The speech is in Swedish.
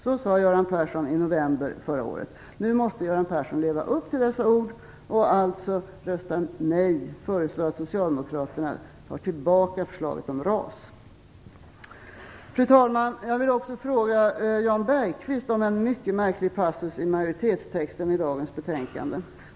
Så sade Göran Persson i november förra året. Nu måste Göran Persson leva upp till dessa ord och rösta nej. Han måste föreslå att socialdemokraterna tar tillbaka förslaget om RAS. Fru talman! Jag vill också fråga Jan Bergqvist om en mycket märklig passus i majoritetstexten i dagens betänkande.